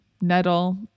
nettle